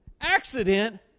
Accident